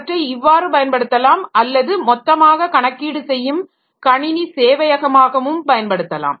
அவற்றை இவ்வாறு பயன்படுத்தலாம் அல்லது மொத்தமாக கணக்கீடு செய்யும் கணினி சேவையகமாகவும் பயன்படுத்தலாம்